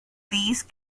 these